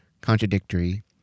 contradictory